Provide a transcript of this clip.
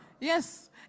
yes